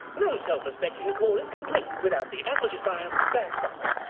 no self-respecting core is complete without the aperture science badge buffer!